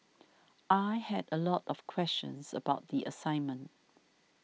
I had a lot of questions about the assignment